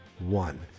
one